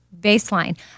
baseline